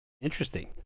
Interesting